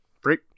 Freak